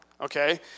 Okay